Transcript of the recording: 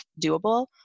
doable